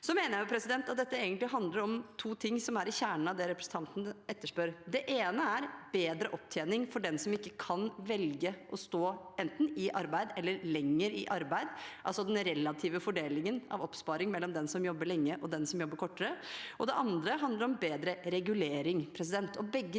Jeg mener at dette egentlig handler om to ting som er i kjernen av det representanten etterspør. Det ene er bedre opptjening for dem som ikke kan velge å stå enten i arbeid eller lenger i arbeid, altså den relative fordelingen av oppsparing mellom dem som jobber lenge, og dem som jobber kortere. Det andre handler om bedre regulering. Begge